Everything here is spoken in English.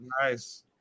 nice